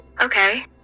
Okay